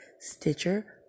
Stitcher